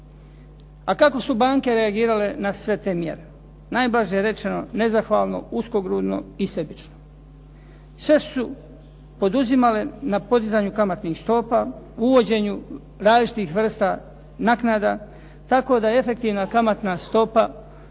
A kako su banke reagirale na sve te mjere? Najblaže rečeno nezahvalno, uskogrudno i sebično. Sve su poduzimale na podizanju kamatnih stopa, uvođenju različitih vrsta naknada tako da je efektivna kamatna stopa